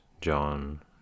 John